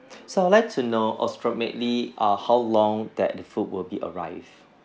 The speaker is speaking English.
so I'd like to know approximately err how long that the food will be arrived